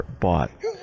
bought